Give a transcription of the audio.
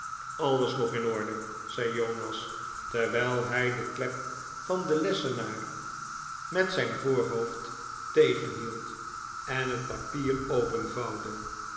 aues nog in orde zei jonas terwijl hij de klep van den lessenaar met zijn vooroogen waren turend op dat